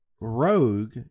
Rogue